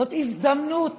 זו הזדמנות